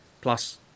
Plus